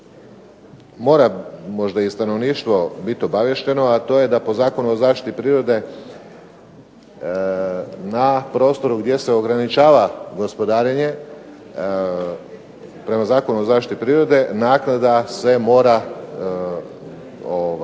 mora možda i stanovništvo biti obaviješteno, a to je da po Zakonu o zaštiti prirode na prostoru gdje se ograničava gospodarenje, prema Zakonu o zaštiti prirode naknada se mora vratiti